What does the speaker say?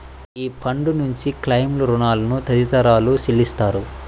ఈ ఫండ్ నుంచి క్లెయిమ్లు, రుణాలు తదితరాలు చెల్లిస్తారు